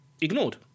Ignored